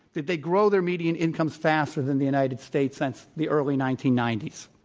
did they grow their median incomes faster than the united states since the early nineteen ninety s.